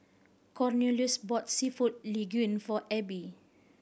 Cornelius bought Seafood Linguine for Ebbie